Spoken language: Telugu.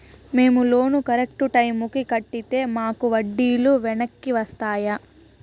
మేము లోను కరెక్టు టైముకి కట్టితే మాకు వడ్డీ లు వెనక్కి వస్తాయా?